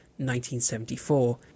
1974